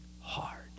hard